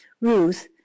Ruth